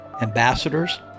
ambassadors